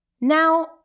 Now